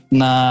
na